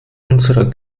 unserer